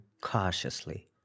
cautiously